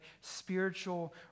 spiritual